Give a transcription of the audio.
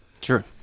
Sure